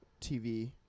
TV